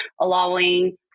allowing